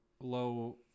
low